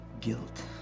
Guilt